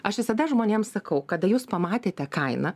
aš visada žmonėm sakau kada jūs pamatėte kainą